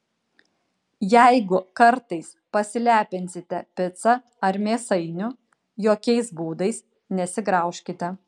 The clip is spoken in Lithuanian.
jeigu kartais pasilepinsite pica ar mėsainiu jokiais būdais nesigraužkite